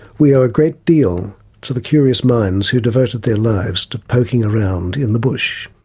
we owe a great deal to the curious minds who devoted their lives to poking around in the bush.